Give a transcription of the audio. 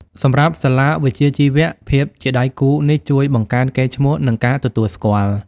សម្រាប់សាលាវិជ្ជាជីវៈ ភាពជាដៃគូនេះជួយបង្កើនកេរ្តិ៍ឈ្មោះ និងការទទួលស្គាល់។